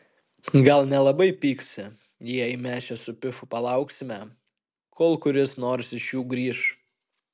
gal nelabai pyksi jei mes čia su pifu palauksime kol kuris nors iš jų grįš